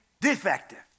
defective